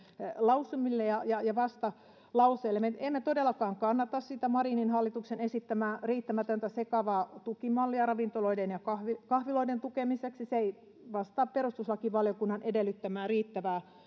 lausumille ja ja vastalauseille me emme todellakaan kannata sitä marinin hallituksen esittämää riittämätöntä sekavaa tukimallia ravintoloiden ja kahviloiden tukemiseksi se ei vastaa perustuslakivaliokunnan edellyttämää riittävää